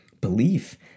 belief